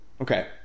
Okay